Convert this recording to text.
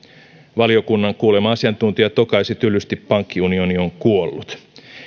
valiokunnan kuulema asiantuntija tokaisi tylysti pankkiunioni on kuollut